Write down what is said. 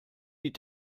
die